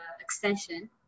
extension